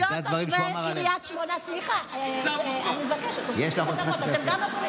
אנחנו בפריפריה כנראה לא ממש מעניינים אותם,